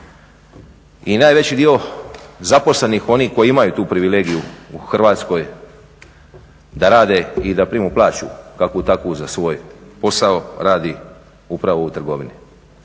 i najveći dio zaposlenih onih koji imaju tu privilegiju u Hrvatskoj da rade i da primaju plaću, kakvu takvu za svoj posao radi upravo u trgovini.